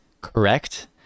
correct